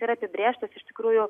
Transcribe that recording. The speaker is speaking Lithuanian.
ir apibrėžtas iš tikrųjų